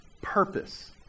purpose